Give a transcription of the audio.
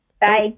Bye